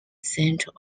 central